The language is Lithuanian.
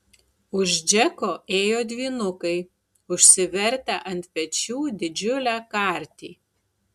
už džeko ėjo dvynukai užsivertę ant pečių didžiulę kartį